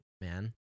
man